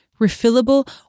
refillable